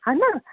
हा न